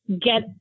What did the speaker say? get